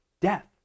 death